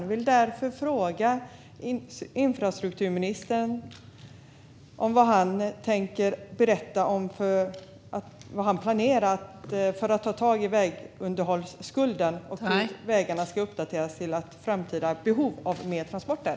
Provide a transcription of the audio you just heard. Jag vill därför fråga infrastrukturministern vad han planerar för att ta tag i vägunderhållsskulden så att vägarna uppdateras till framtida behov av fler transporter.